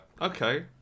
Okay